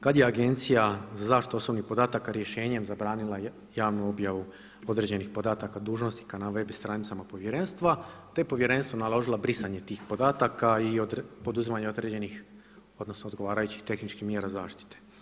Kad je Agencija za zaštitu osobnih podataka rješenjem zabranila javnu objavu određenih podataka dužnosnika na web stranicama Povjerenstva, te je Povjerenstvu naložila brisanje tih podataka i poduzimanje određenih, odnosno odgovarajućih tehničkih mjera zaštite.